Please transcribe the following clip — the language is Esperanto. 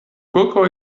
koko